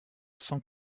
cent